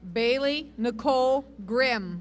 bailey nicole grim